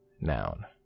Noun